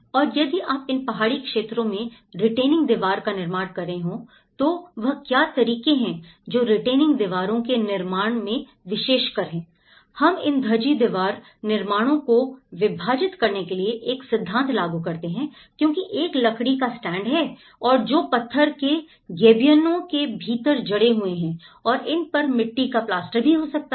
और यदि आप इन पहाड़ी क्षेत्रों में रिटेनिंग दीवार का निर्माण कर रहे हैं तो वह क्या तरीके हैं जो रिटेनिंग दीवारों के निर्माण में विशेषकर है हम इन धज्जी दीवार निर्माणों को विभाजित करने के लिए क्या सिद्धांत लागू करते हैं क्योंकि एक लकड़ी के स्टड हैं जो पत्थर के गैबियनों के भीतर जड़े हुए हैं और इन पर मिट्टी का प्लास्टर भी हो सकता है